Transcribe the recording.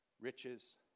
riches